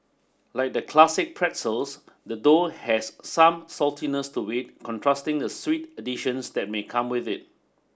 like the classic pretzels the dough has some saltiness to it contrasting the sweet additions that may come with it